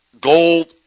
gold